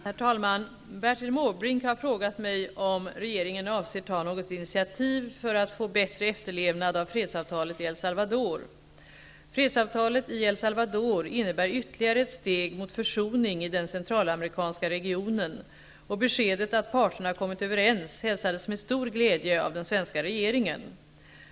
Herr talman! Bertil Måbrink har frågat mig om regeringen avser ta något initiativ för att få bättre efterlevnad av fredsavtalet i El Salvador. Fredsavtalet i El Salvador innebär ytterligare ett steg mot försoning i den centralamerikanska regionen, och beskedet att parterna kommit överens hälsades med stor glädje av den svenska regeringen.